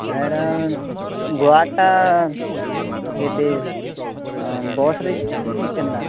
ହେରା ଗୋଆଟା କେତେ ବସ୍ରେ ଯିବୁ କି କେନ୍ତା